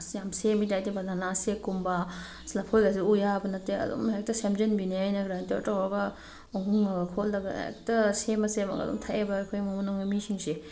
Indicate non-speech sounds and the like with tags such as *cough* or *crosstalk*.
ꯑꯁ ꯌꯥꯝ ꯁꯦꯝꯃꯤꯗ ꯑꯩꯗꯤ ꯕꯅꯥꯅꯥ ꯁꯦꯛꯀꯨꯝꯕ ꯂꯐꯣꯏꯒꯁꯦ ꯎꯕ ꯌꯥꯕ ꯅꯠꯇꯦ ꯑꯗꯨꯝ ꯍꯦꯛꯇ ꯁꯦꯝꯖꯤꯟꯕꯤꯅꯦ ꯑꯩꯅ ꯑꯗꯨꯃꯥꯏꯅ ꯇꯩꯔ ꯇꯩꯔꯒ *unintelligible* ꯍꯦꯛꯇ ꯁꯦꯝꯃ ꯁꯦꯝꯃꯒ ꯑꯗꯨꯝ ꯊꯛꯑꯦꯕ ꯑꯩꯈꯣꯏ ꯏꯃꯨꯡ ꯃꯅꯨꯡꯒꯤ ꯃꯤꯁꯤꯡꯁꯦ